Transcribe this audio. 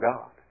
God